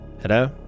hello